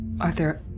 Arthur